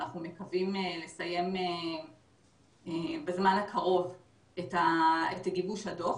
אנחנו מקווים לסיים בזמן הקרוב את גיבוש הדוח